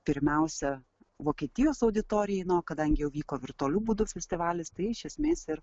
pirmiausia vokietijos auditorijai na o kadangi jau vyko virtualiu būdu festivalis tai iš esmės ir